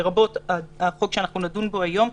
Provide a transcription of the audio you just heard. לרבות החוק שאנחנו נדון בו היום.